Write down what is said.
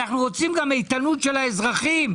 אנחנו רוצים גם איתנות של האזרחים,